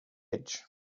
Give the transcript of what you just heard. edge